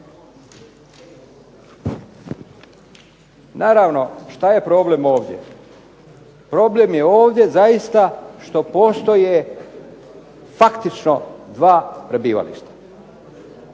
Naravno što je problem ovdje? Problem je ovdje zaista što postoje faktično 2 prebivališta.